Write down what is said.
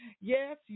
Yes